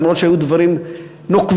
למרות שהיו דברים נוקבים,